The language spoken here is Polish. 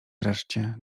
wreszcie